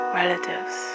relatives